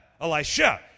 Elisha